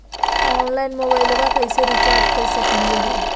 Online मोबाइलबा कैसे recharge कर सकलिए है?